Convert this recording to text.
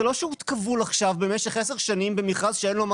זה לא שירות כבול עכשיו במשך 10 שנים במכרז שאין לו מה